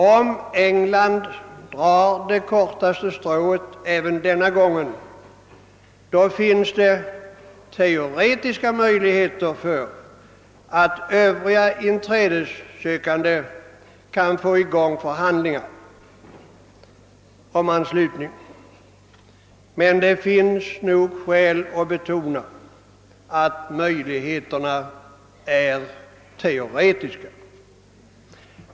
Om England drar det kortaste strået även denna gång finns det teoretiska möjligheter för att övriga inträdessökande kan få i gång förhandlingar om anslutning. Men det är skäl att betona att möjligheterna är teoretiska.